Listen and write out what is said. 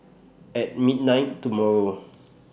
At midnight tomorrow